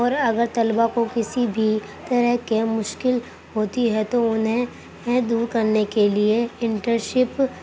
اور اگر طلبہ کو کسی بھی طرح کے مشکل ہوتی ہے تو انہیں دور کرنے کے لیے انٹرشپ